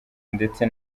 ndetse